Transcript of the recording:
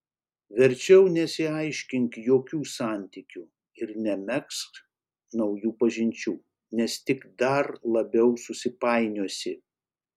verčiau nesiaiškink jokių santykių ir nemegzk naujų pažinčių nes tik dar labiau susipainiosi